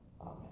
amen